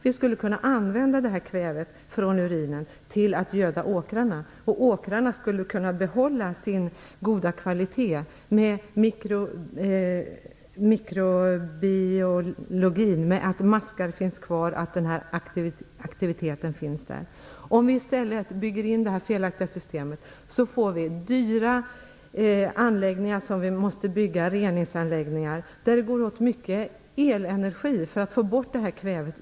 Vi skulle kunna använda kvävet från urinen till att göda åkrarna, och åkrarna skulle kunna behålla sin goda kvalitet vad avser mikrobiologin. Maskar finns kvar, och aktiviteten finns där. Om vi i stället bygger in detta felaktiga system måste vi bygga dyra reningsanläggningar där det går åt mycket elenergi för att man skall få bort kvävet.